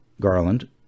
Garland